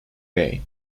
bay